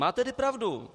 Má tedy pravdu.